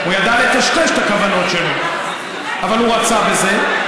הוא ידע לטשטש את הכוונות שלו אבל הוא רצה בזה.